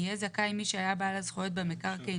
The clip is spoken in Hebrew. יהיה זכאי מי שהיה בעל הזכויות במקרקעין